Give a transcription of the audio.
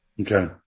Okay